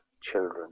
children